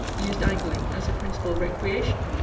used angling as a principal recreation.